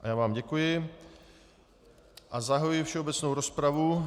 Já vám děkuji a zahajuji všeobecnou rozpravu.